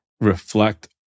reflect